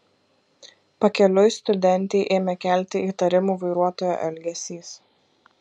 pakeliui studentei ėmė kelti įtarimų vairuotojo elgesys